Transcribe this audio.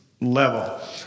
level